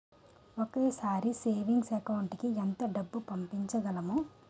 ఒకేసారి savings account కి ఎంత డబ్బు పంపించగలము?